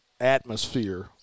atmosphere